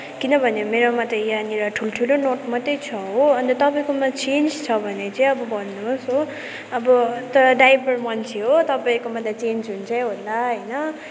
किनभने मेरोमा त यहाँनिर ठुल्ठुलो नोट मात्रै छ हो अन्त तपाईँको मा चेन्ज छ भने चाहिँ अब भन्नुहोस् हो अब तपाईँ ड्राइभर मान्छे हो तपाईँकोमा त चेन्ज हुन्छै होला होइन